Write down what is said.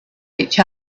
each